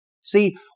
See